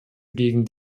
gegen